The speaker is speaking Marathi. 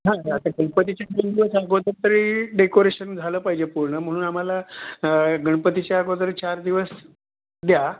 हां तर आता गणपतीचे दोन दिवस अगोदर तरी डेकोरेशन झालं पाहिजे पूर्ण म्हणून आम्हाला गणपतीच्या अगोदर चार दिवस द्या